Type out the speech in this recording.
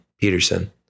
Peterson